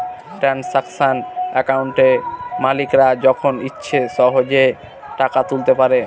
transaction একাউন্টে মালিকরা যখন ইচ্ছে সহেজে টাকা তুলতে পারে